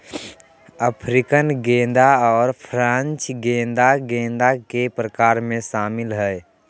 African गेंदा और French गेंदा गेंदा के प्रकार में शामिल हइ